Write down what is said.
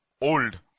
old